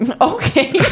Okay